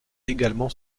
également